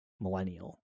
millennial